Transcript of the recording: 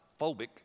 phobic